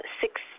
six